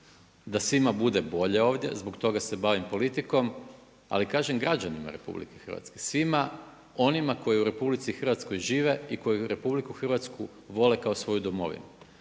da svima bude bolje ovdje, zbog toga se bavim politikom, ali kažem građanima RH, svima onima koji u RH žive i koji RH vole kao svoju domovinu.